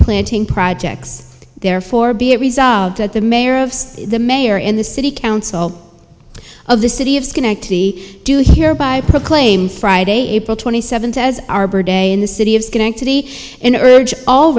planting projects therefore be it resolved that the mayor of the mayor and the city council of the city of schenectady do hereby proclaim friday april twenty seventh as arbor day in the city of schenectady and urge all